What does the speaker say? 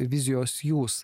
vizijos jūs